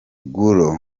gaulle